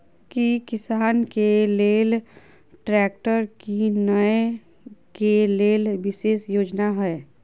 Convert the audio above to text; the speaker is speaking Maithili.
की किसान के लेल ट्रैक्टर कीनय के लेल विशेष योजना हय?